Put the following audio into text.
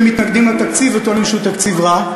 שאתם מתנגדים לתקציב וטוענים שהוא תקציב רע,